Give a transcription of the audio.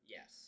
Yes